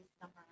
summer